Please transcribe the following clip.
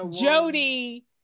Jody